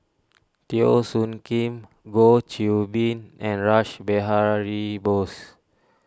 Teo Soon Kim Goh Qiu Bin and Rash Behari Bose